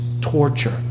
Torture